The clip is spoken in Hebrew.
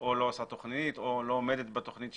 או לא עושה תוכנית או לא עומדת בתוכנית?